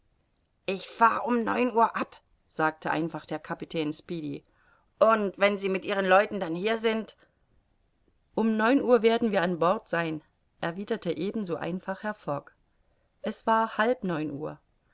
ich fahr um neun uhr ab sagte einfach der kapitän speedy und wenn sie mit ihren leuten dann hier sind um neun uhr werden wir an bord sein erwiderte ebenso einfach herr fogg es war halb neun uhr